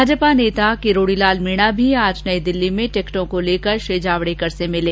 भाजपा नेता किरोडी लाल मीणा भी आज नई दिल्ली में टिकटों को लेकर श्री जावडेकर से मिले